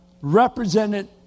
represented